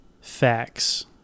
facts